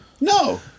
No